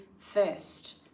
first